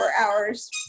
hours